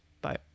bye